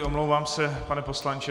Omlouvám se, pane poslanče .